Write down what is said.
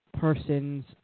persons